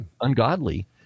ungodly